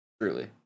Truly